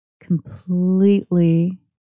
completely